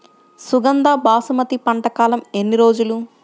సుగంధ బాసుమతి పంట కాలం ఎన్ని రోజులు?